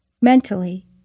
Mentally